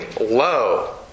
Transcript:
low